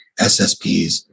SSPs